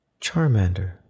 Charmander